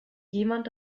jemand